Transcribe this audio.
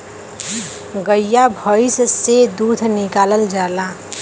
गइया भईस से दूध निकालल जाला